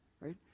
right